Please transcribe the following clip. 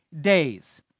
days